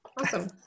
awesome